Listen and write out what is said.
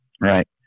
Right